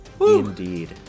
Indeed